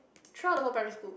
throughout the whole primary school